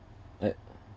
I